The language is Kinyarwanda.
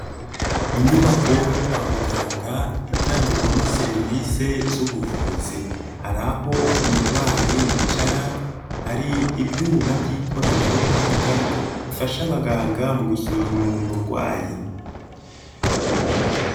Inyubako yo kwa muganga itangirwamo serivise z'ubuvuzi hari aho umurwayi yicara, hari ibyuma by'ikoranabuhanga bifasha abaganga mu gusuzuma uwo murwayi.